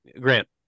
Grant